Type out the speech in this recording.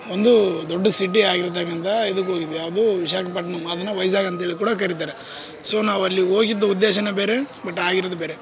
ಒಂದು ದೊಡ್ಡ ಸಿಟಿ ಆಗಿರ್ತಕ್ಕಂಥ ಇದುಕ್ಕೆ ಹೋಗಿದ್ವಿ ಯಾವುದು ವಿಶಾಖಪಟ್ಟಣಮ್ ಅದನ್ನು ವೈಜಾಗ್ ಅಂತೇಳಿ ಕೂಡ ಕರೀತಾರೆ ಸೊ ನಾವಲ್ಲಿ ಹೋಗಿದ್ ಉದ್ದೇಶ ಬೇರೆ ಬಟ್ ಆಗಿರೋದೇ ಬೇರೆ